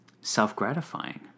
self-gratifying